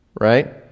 right